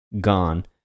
gone